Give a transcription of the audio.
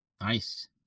Nice